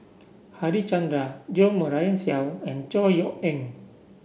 Harichandra Jo Marion Seow and Chor Yeok Eng